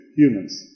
humans